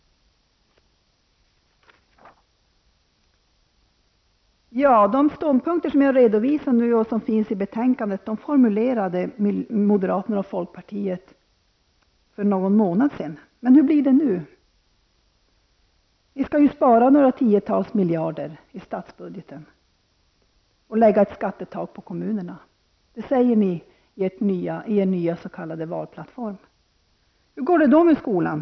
De ståndpunkter som jag har redovisat och som återfinns i betänkandet i fråga formulerade moderaterna och folkpartiet för någon månad sedan. Men hur blir det nu? Ni skall ju spara några tiotals miljarder i statsbudgeten och fastställa ett skattetak för kommunerna. Det säger ni i samband med er nya s.k. valplattform. Hur går det då med skolan?